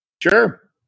Sure